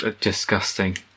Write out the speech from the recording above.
Disgusting